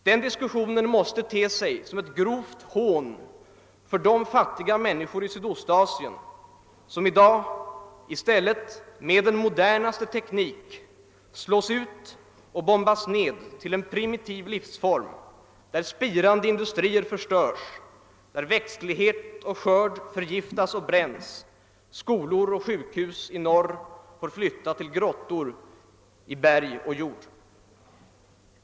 Den diskussionen måste te sig som ett grovt hån för de fattiga människor i Sydostasien som i dag i stället med den modernaste teknik slås ut och bombas ned till en primitiv livsform, där spirande industrier förstörs, växtlighet och skörd förgiftas och bränns. Skolor och sjukhus i norr får flytta till grottor i berg och jord.